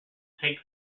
take